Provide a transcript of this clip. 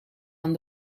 aan